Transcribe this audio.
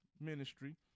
ministry